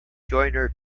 joyner